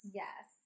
yes